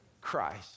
Christ